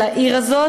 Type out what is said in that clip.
של העיר הזאת.